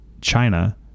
China